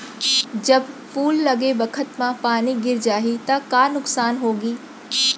जब फूल लगे बखत म पानी गिर जाही त का नुकसान होगी?